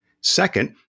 Second